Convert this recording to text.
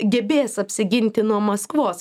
gebės apsiginti nuo maskvos